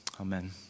amen